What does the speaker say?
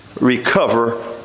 recover